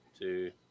two